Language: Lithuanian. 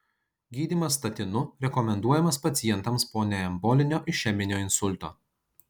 gydymas statinu rekomenduojamas pacientams po neembolinio išeminio insulto